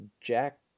Jack